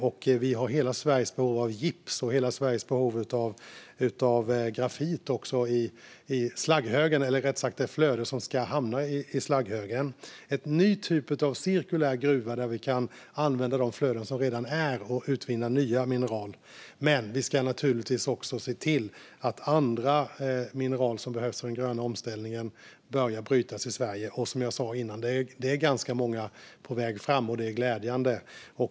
Vi har också hela Sveriges behov av gips och hela Sveriges behov av grafit i slagghögen eller rättare sagt det flöde som ska hamna i slagghögen. Det blir en ny typ av cirkulär gruva där vi kan använda de flöden som redan är och utvinna nya mineral. Vi ska naturligtvis också se till att andra mineral som behövs för den gröna omställningen börjar brytas i Sverige. Som jag sa tidigare är det ganska många gruvor på väg fram, och det är glädjande.